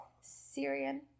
Syrian